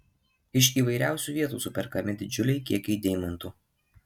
iš įvairiausių vietų superkami didžiuliai kiekiai deimantų